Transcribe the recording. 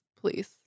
Please